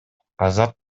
казак